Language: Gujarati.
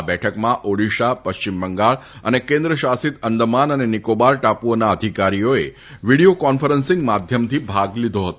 આ બેઠકમાં ઓડીશા પશ્ચિમ બંગાળ અને કેન્દ્ર શાસિત અંદમાન અને નિકાબાર ટાપુઓના અધિકારીઓએ વીડિયો કોન્ફરન્સિંગના માધ્યમથી ભાગ લીધો હતો